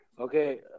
Okay